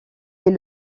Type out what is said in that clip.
est